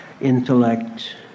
intellect